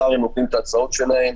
מחר הן נותנות את ההצעות שלהן.